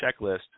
checklist